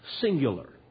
singular